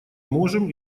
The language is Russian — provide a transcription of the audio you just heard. можем